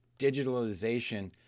digitalization